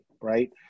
Right